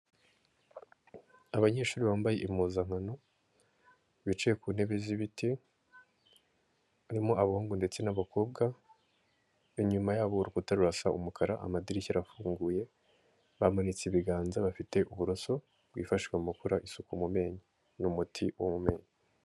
Abanyeshuri bambaye impuzankano bicaye ku ntebe z'ibiti, birimo abahungu ndetse n'abakobwa, inyuma yabo urukuta rurasa umukara amadirishya arafunguye, bamanitse ibiganza bafite uburoso bwifashishwa mu gukora isuku mu menyo n'umuti w'amenyo.